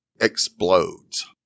explodes